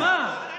אז מה?